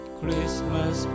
Christmas